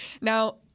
Now